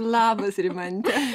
labas rimante